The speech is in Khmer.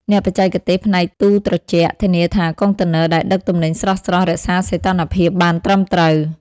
អ្នកបច្ចេកទេសផ្នែកទូរត្រជាក់ ធានាថាកុងតឺន័រដែលដឹកទំនិញស្រស់ៗរក្សាសីតុណ្ហភាពបានត្រឹមត្រូវ។